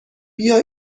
بیا